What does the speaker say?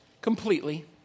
completely